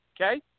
Okay